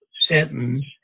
sentence